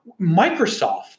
Microsoft